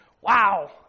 wow